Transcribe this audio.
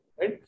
right